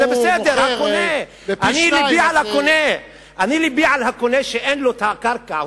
לבי לקונה שאין לו קרקע.